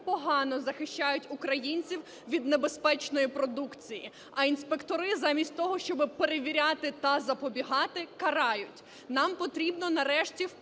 погано захищають українців від небезпечної продукції, а інспектори замість того, щоб перевіряти та запобігати, карають. Нам потрібно, нарешті, впорядкувати